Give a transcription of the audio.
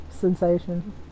sensation